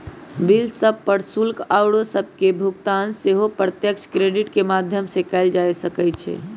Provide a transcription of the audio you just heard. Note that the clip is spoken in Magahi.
बिल सभ, कर, शुल्क आउरो सभके भुगतान सेहो प्रत्यक्ष क्रेडिट के माध्यम से कएल जा सकइ छै